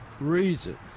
reason